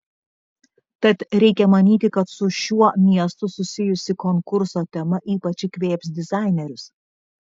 tad reikia manyti kad su šiuo miestu susijusi konkurso tema ypač įkvėps dizainerius